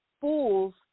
Fools